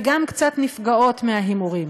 וגם קצת נפגעות, מההימורים,